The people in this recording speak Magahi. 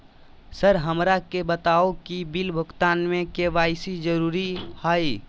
सर हमरा के बताओ कि बिल भुगतान में के.वाई.सी जरूरी हाई?